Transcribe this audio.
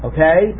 Okay